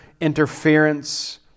interference